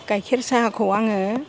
गाइखेर साहाखौ आङो